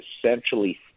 essentially